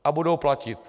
A budou platit.